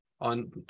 on